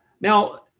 Now